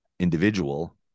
individual